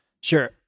Sure